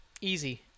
easy